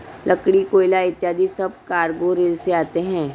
लकड़ी, कोयला इत्यादि सब कार्गो रेल से आते हैं